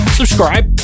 subscribe